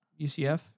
UCF